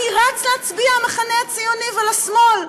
אני רץ להצביע למחנה הציוני ולשמאל,